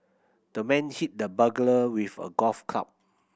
the man hit the burglar with a golf club